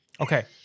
Okay